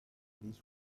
least